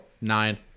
nine